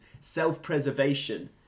self-preservation